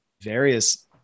various